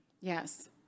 Yes